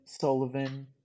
Sullivan